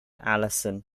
allison